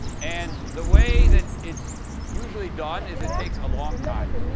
and the way that it's usually done is, it takes a long time,